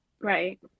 Right